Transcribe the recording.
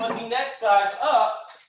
um the next size up